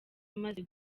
imaze